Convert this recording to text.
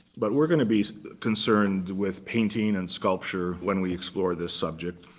but we're going to be concerned with painting and sculpture when we explore this subject.